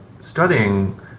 studying